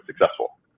successful